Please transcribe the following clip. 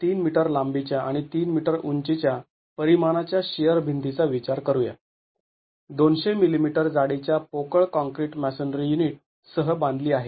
३ metre लांबीच्या आणि ३ metre उंचीच्या परिमाणाच्या शिअर भिंतीचा विचार करूया २०० मिलीमीटर जाडीच्या पोकळ काँक्रीट मॅसोनरी युनिट सह बांधली आहे